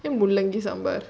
mullangi sambar sambar